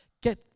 Get